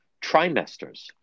trimesters